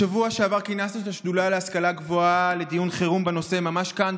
בשבוע שעבר כינסנו את השדולה להשכלה הגבוהה לדיון חירום בנושא ממש כאן,